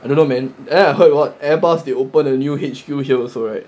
I don't know man and then I heard what Airbus they open a new H_Q here also right